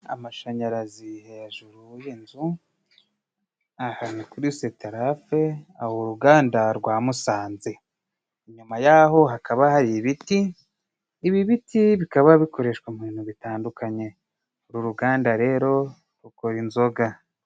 Amashanyarazi hejuru y'inzu, aha ni kuri Seterafe haba uruganda rwa Musanze. Nyuma yaho hakaba hari ibiti. Ibiti bikaba bikoreshwa mu bintu bitandukanye. Uru ruganda rero rukora inzoga.